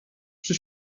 przy